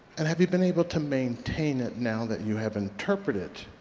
and have you been able to maintain it now that you have interpreted